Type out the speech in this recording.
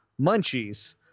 Munchies